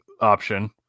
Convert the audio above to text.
option